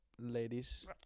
ladies